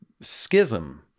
schism